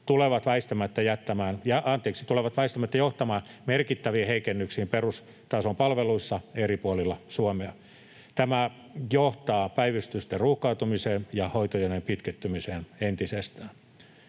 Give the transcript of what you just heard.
tulevat väistämättä johtamaan merkittäviin heikennyksiin perustason palveluissa eri puolilla Suomea. Tämä johtaa päivystysten ruuhkautumiseen ja hoitojonojen pitkittymiseen entisestään.